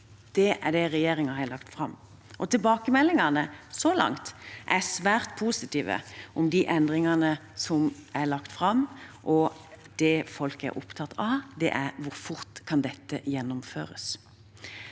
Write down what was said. det er det regjeringen har lagt fram. Tilbakemeldingene så langt er svært positive om de endringene som er lagt fram. Det folk er opptatt av, er hvor fort dette kan gjennomføres.